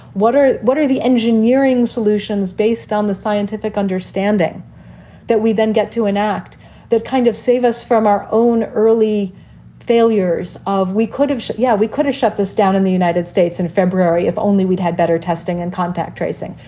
what are what are the engineering solutions based on the scientific understanding that we then get to enact that kind of save us from our own early failures of we could have. yeah, we could have shut this down in the united states in february if only we'd had better testing and contact tracing.